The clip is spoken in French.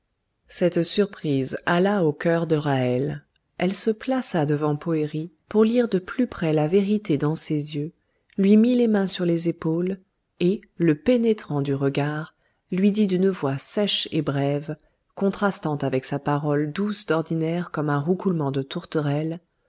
cette surprise alla au cœur de ra'hel elle se plaça devant poëri pour lire de plus près la vérité dans ses yeux lui mit les mains sur les épaules et le pénétrant du regard lui dit d'une voix sèche et brève contrastant avec sa parole douce d'ordinaire comme un roucoulement de tourterelle